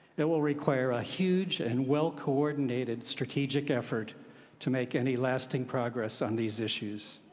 it will require a huge and well coordinated strategic effort to make any lasting progress on these issues.